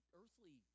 earthly